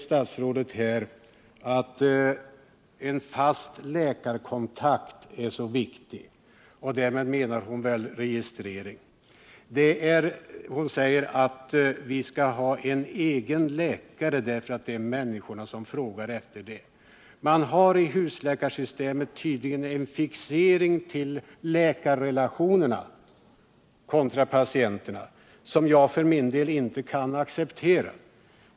Statsrådet säger att en fast läkarkontakt är så viktig. Därmed menar hon väl registrering. Hon säger att var och en skall ha en egen läkare, därför att det är vad människorna vill ha. Man har tydligen i husläkarsystemet en fixering till läkaren kontra patienten som jag för min del inte kan acceptera.